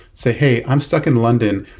say, hey, i'm stuck in london.